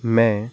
मैं